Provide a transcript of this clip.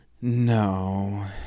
No